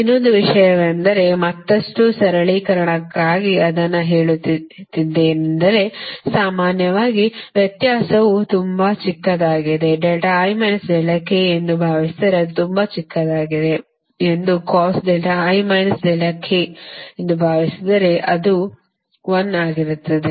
ಇನ್ನೊಂದು ವಿಷಯವೆಂದರೆ ಮತ್ತಷ್ಟು ಸರಳೀಕರಣಕ್ಕಾಗಿ ಅದನ್ನು ಹೇಳುತ್ತಿದ್ದೇನೆಂದರೆ ಸಾಮಾನ್ಯವಾಗಿ ವ್ಯತ್ಯಾಸವು ತುಂಬಾ ಚಿಕ್ಕದಾಗಿದೆ ಎಂದು ಭಾವಿಸಿದರೆ ಅದು ತುಂಬಾ ಚಿಕ್ಕದಾಗಿದೆ ಎಂದು ಭಾವಿಸಿದರೆ ಅದು 1 ಆಗಿರುತ್ತದೆ